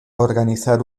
organizar